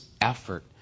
effort